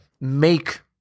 make